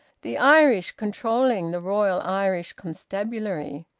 the irish controlling the royal irish constabulary!